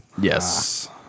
Yes